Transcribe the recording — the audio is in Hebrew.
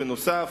בנוסף,